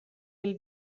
will